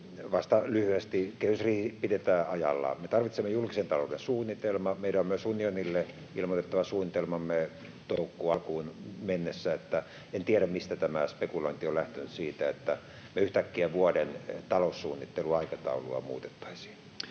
Vastaan lyhyesti: Kehysriihi pidetään ajallaan. Me tarvitsemme julkisen talouden suunnitelman. Meidän on myös unionille ilmoitettava suunnitelmamme toukokuun alkuun mennessä. En tiedä, mistä on lähtenyt tämä spekulointi siitä, että me yhtäkkiä vuoden taloussuunnitteluaikataulua muutettaisiin.